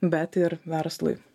bet ir verslui